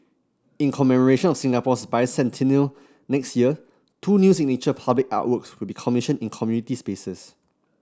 in commemoration of Singapore's Bicentennial next year two new signature public artworks will be commissioned in community spaces